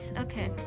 Okay